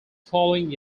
following